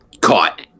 Caught